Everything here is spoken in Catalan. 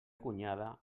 cunyada